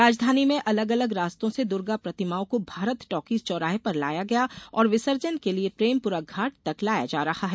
राजधानी में अलग अलग रास्तों से दुर्गा प्रतिमाओं को भारत टॉकीज चौराहे पर लाया गया और विसर्जन के लिए प्रेमपुरा घाट तक लाया जा रहा है